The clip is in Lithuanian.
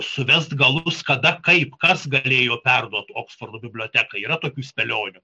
suvest galus kada kaip kas galėjo perduot oksfordo biblioteka yra tokių spėlionių